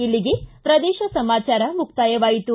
ಇಲ್ಲಿಗೆ ಪ್ರದೇಶ ಸಮಾಚಾರ ಮುಕ್ತಾಯವಾಯಿತು